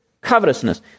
covetousness